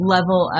Level